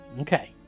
Okay